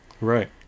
Right